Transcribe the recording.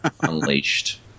unleashed